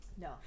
No